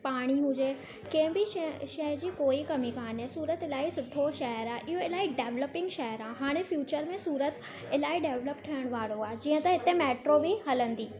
पाणी हुजे कंहिं बि शइ शइ जी कोई कमी कान्हे सूरत इलाही सुठो शहरु आहे इहो इलाही डेवलपिंग शहरु आहे हाणे फ्यूचर में सूरत इलाही डेवलप थियणु वारो आहे जीअं त हिते मेट्रो बि हलंदी